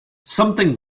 something